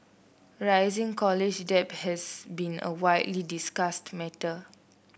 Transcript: rising college debt has been a widely discussed matter